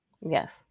Yes